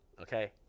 Okay